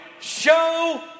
show